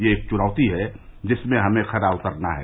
यह एक चुनौती है जिसमें हमें खरा उतरना है